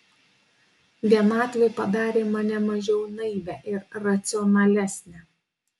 vienatvė padarė mane mažiau naivią ir racionalesnę